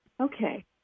Okay